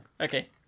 Okay